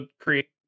create